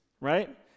right